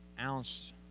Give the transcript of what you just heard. ounce